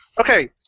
Okay